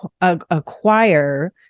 acquire